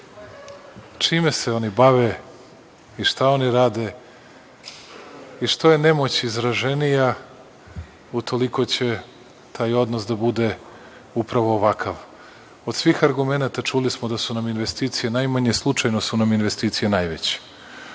čime se oni bave i šta oni rade i što je nemoć izraženija, utoliko će taj odnos da bude upravo ovakav. Od svih argumenata čuli smo da su nam investicije najmanje. Slučajno su nam investicije najveće,